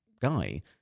guy